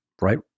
right